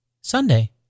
Sunday